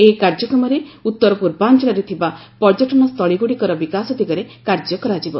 ଏହି କାର୍ଯ୍ୟକ୍ରମରେ ଉଉର ପୂର୍ବାଞ୍ଚଳରେ ଥିବା ପର୍ଯ୍ୟଟନ ସ୍ଥଳୀଗୁଡ଼ିକର ବିକାଶ ଦିଗରେ କାର୍ଯ୍ୟ କରାଯିବ